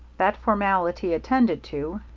that formality attended to,